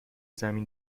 زمین